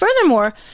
Furthermore